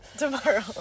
tomorrow